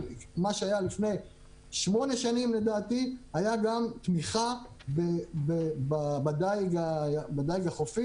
מה שהיה לפני שמונה שנים לדעתי היה גם תמיכה בדייג החופי,